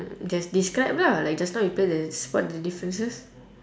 just describe lah like just now you play the spot the differences